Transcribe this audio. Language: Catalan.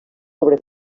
sobre